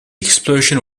explosion